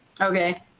Okay